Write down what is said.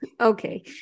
Okay